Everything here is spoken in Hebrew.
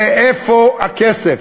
מאיפה הכסף,